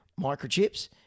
microchips